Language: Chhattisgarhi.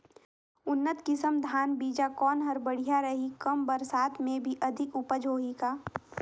उन्नत किसम धान बीजा कौन हर बढ़िया रही? कम बरसात मे भी अधिक उपज होही का?